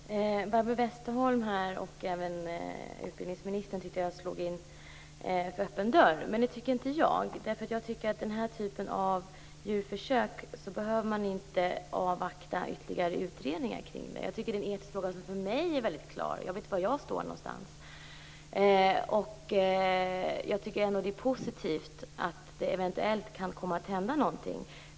Fru talman! Barbro Westerholm och även utbildningsministern tyckte att jag slog in en öppen dörr, men det tycker inte jag. När det gäller den här typen av försök behöver man inte avvakta ytterligare utredningar. Det är en etisk fråga som för mig är väldigt klar. Jag vet var jag står någonstans. Det är ändå positivt att det eventuellt kan komma att hända någonting.